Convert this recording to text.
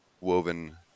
woven